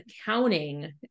accounting